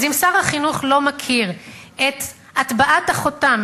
אז אם שר החינוך לא מכיר את הטבעת החותם